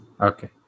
Okay